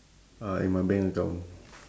uh in my bank account